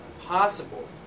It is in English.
possible